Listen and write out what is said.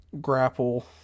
grapple